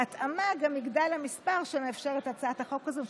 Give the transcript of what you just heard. בהתאמה גם יגדל המספר שמאפשרת הצעת החוק הזו.